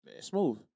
Smooth